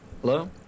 Hello